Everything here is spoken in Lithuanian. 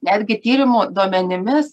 netgi tyrimų duomenimis